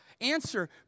answer